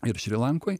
ir šri lankoj